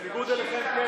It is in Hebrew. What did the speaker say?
בניגוד אליכם,